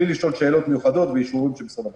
לשאול שאלות מיוחדות ואישורים של משרד הבריאות.